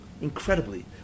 incredibly